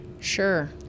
Sure